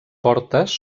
portes